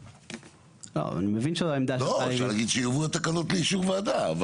אפשר להגיע שיועברו התקנות לאישור הוועדה.